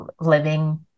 living